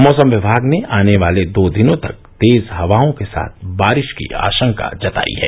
मौसम किमाग ने आने वाले दो दिनों तक तेज हवाओं के साथ बारिश की आशंका जतायी है